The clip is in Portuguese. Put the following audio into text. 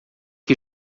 que